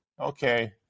Okay